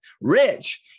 rich